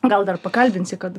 gal dar pakalbinsi kad